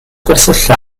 gwersylla